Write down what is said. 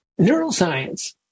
neuroscience